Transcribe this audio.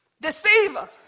Deceiver